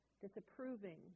disapproving